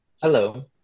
Hello